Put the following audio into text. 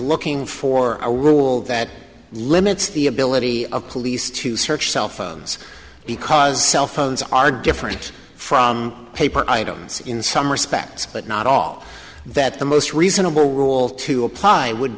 looking for a rule that limits the ability of police to search cell phones because cell phones are different from paper items in some respects but not all that the most reasonable rule to apply would